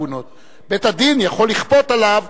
בית-הדין יכול לכפות עליו,